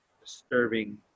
disturbing